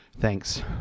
Thanks